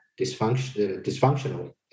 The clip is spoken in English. dysfunctional